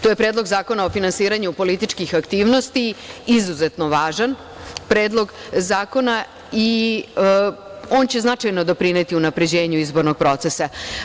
To je Predlog zakona o finansiranju političkih aktivnosti, izuzetno važan predlog zakona i on će značajno doprineti unapređenju izbornog procesa.